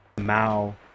Mao